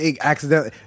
accidentally